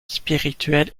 spirituel